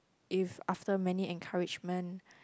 if after many encouragement